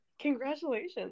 congratulations